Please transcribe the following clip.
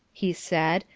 he said,